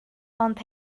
ond